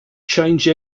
change